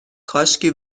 کاشکی